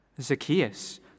Zacchaeus